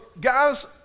guys